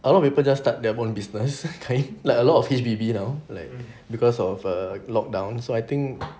a lot of people just start their own business like a lot of H_B_B now like because of a lockdown so I think